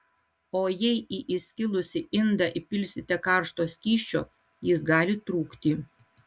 o jei į įskilusį indą įpilsite karšto skysčio jis gali trūkti